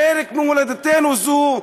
חלק ממולדתנו זו,